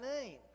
name